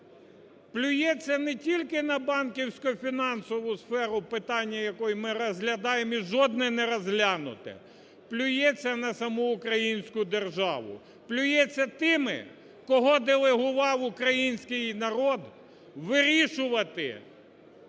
плюється не тільки на банківсько-фінансову сферу, питання якої ми розглядаємо, і жодне не розглянуте, плюється на саму українську державу, плюється тими, кого делегував український народ вирішувати